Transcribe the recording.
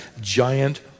giant